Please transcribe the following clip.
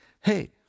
Hey